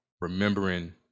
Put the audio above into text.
remembering